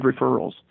referrals